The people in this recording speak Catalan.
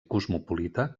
cosmopolita